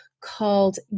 called